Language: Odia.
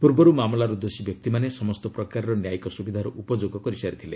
ପୂର୍ବର୍ତ୍ତ ମାମଲାର ଦୋଷୀ ବ୍ୟକ୍ତିମାନେ ସମସ୍ତ ପ୍ରକାରର ନ୍ୟାୟିକ ସ୍ୱବିଧାର ଉପଯୋଗ କରିସାରିଥିଲେ